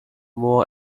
war